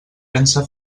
pensa